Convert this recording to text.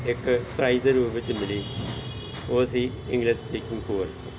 ਇੱਕ ਪ੍ਰਾਈਜ ਦੇ ਰੂਪ ਵਿੱਚ ਮਿਲੀ ਉਹ ਸੀ ਇੰਗਲਿਸ਼ ਸਪੀਕਿੰਗ ਕੋਰਸ